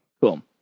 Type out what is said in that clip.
Cool